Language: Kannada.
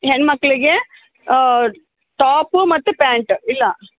ಹೆಣ್ಣುಮಕ್ಳಿಗೆ ಟೋಪ್ ಮತ್ತೆ ಪ್ಯಾಂಟ್ ಇಲ್ಲ